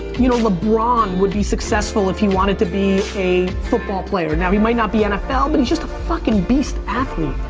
you know lebron would be successful if he wanted to be a football player. now he might not be nfl but he's just a fucking beast athlete.